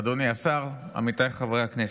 אדוני השר, עמיתיי חברי הכנסת,